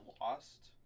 lost